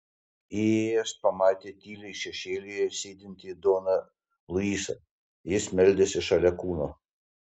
įėjęs pamatė tyliai šešėlyje sėdintį doną luisą jis meldėsi šalia kūno